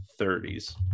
30s